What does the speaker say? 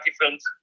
films